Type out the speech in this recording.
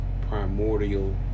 Primordial